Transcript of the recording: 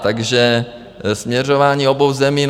Takže směřování obou zemí.